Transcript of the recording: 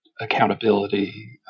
accountability